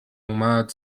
اومد